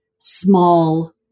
small